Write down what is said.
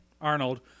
Arnold